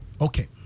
Okay